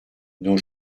dont